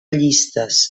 llistes